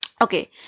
Okay